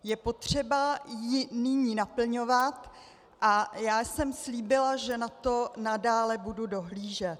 Je potřeba ji nyní naplňovat a já jsem slíbila, že na to nadále budu dohlížet.